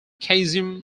caesium